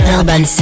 Urban